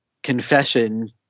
confession